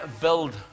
build